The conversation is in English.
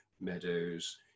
meadows